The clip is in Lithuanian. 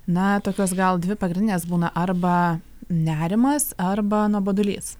na tokios gal dvi pagrindinės būna arba nerimas arba nuobodulys